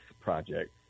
project